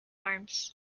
arms